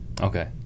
Okay